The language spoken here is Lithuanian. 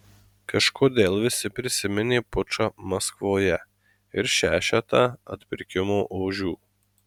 kažkodėl visi prisiminė pučą maskvoje ir šešetą atpirkimo ožių